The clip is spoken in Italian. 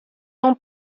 non